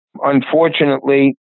unfortunately